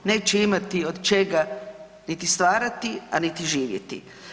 Neće imati od čega niti stvarati, a ni živjeti.